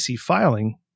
filing